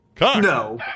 No